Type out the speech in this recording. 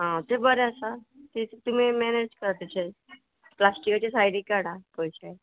आं तें बरें आसा तें तुमी मॅनेज कर तशें प्लास्टिकाची सायडीक काडा पयशे